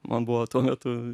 man buvo tuo metu